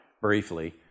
briefly